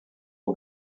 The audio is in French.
aux